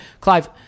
Clive